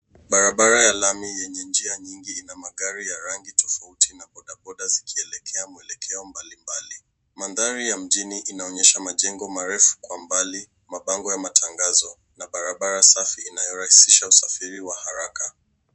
Barabara ya lami yenye njia nyingi ina magari ya rangi tofauti na bodaboda zikielekea mwelekeo mbalimbali. Mandhari ya mjini inaonyesha majengo marefu kwa mbali, mabango ya matangazo na barabara safi inayorahisisha usafiri wa haraka.